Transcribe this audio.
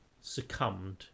succumbed